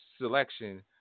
selection